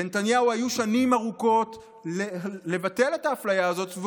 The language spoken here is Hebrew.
לנתניהו היו שנים ארוכות לבטל את האפליה הזאת,